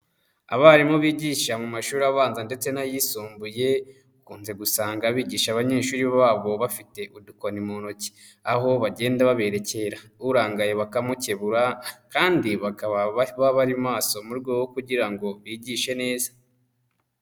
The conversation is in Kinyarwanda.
Abarimu bigisha mu mashuri abanza ndetse n'ayisumbuye, bakunze gusanga bigisha abanyeshuri babo bafite udukoni mu ntoki, aho bagenda baberekera urangaye bakamukebura, kandi bakaba bari maso mu rwego rwo kugira ngo bigishe neza.